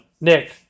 Nick